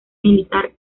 militar